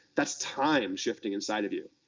that's time shifting inside of you,